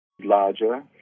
larger